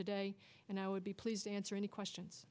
today and i would be pleased answer any questions